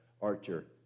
Archer